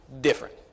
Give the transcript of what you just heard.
different